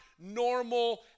normal